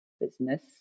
business